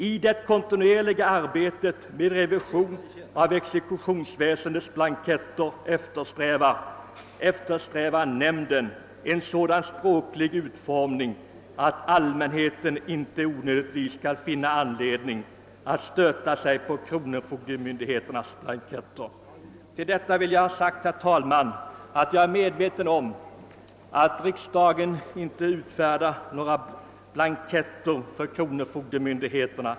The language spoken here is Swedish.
I det kontinuerliga arbetet med revision av exekutionsväsendets blanketter eftersträvar EON en sådan språklig utformning att allmänheten inte onödigtvis skall finna anledning att stöta sig på kronofogdemyndigheternas blanketter.» Om detta vill jag säga, herr talman, att jag är medveten om att riksdagen inte fattar beslut om utformandet av några blanketter för kronofogdemyndigheterna.